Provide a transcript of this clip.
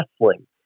wrestling